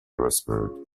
whispered